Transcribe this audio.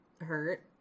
hurt